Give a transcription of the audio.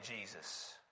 Jesus